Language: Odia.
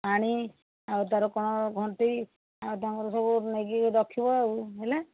ପାଣି ଆଉ ତାର କ'ଣ ଘଣ୍ଟି ଆଉ ତାଙ୍କର ସବୁ ନେଇକି ରଖିବ ଆଉ ହେଲା